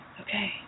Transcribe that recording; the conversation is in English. Okay